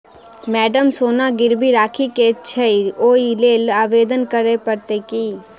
Madam सोना गिरबी राखि केँ छैय ओई लेल आवेदन करै परतै की?